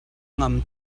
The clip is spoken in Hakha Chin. ngam